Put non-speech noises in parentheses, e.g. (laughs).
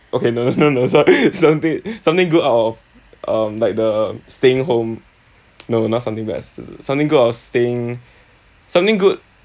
okay no no no (laughs) something something good out of um like the staying home no not something best something good of staying something good